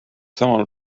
sama